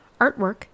Artwork